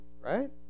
right